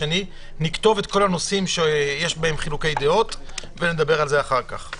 נכתוב את כל הנושאים עליהם יש חילוקי דעות ונדבר על זה אחר כך.